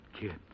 kid